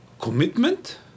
Commitment